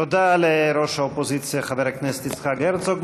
תודה לראש האופוזיציה חבר הכנסת יצחק הרצוג.